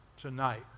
tonight